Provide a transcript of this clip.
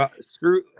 Screw